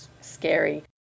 scary